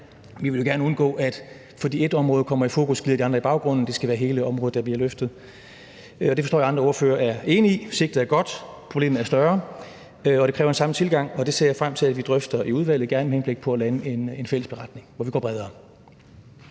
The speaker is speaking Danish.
Vi vil jo gerne undgå, at fordi ét område kommer i fokus, glider de andre i baggrunden. Det skal være hele området, der bliver løftet. Det forstår jeg at andre ordførere er enige i, altså at sigtet er godt, at problemet er større, og at det kræver en samlet tilgang, og det ser jeg frem til at vi drøfter i udvalget, gerne med henblik på at lande en fælles beretning, hvor vi går bredere